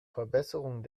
verbesserung